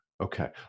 Okay